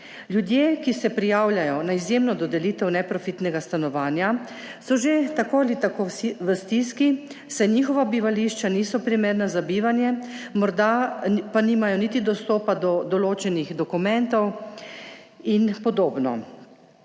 Ljudje, ki se prijavljajo na izjemno dodelitev neprofitnega stanovanja, so že tako ali tako v stiski, saj njihova bivališča niso primerna za bivanje, morda pa nimajo niti dostopa do določenih dokumentov in podobno,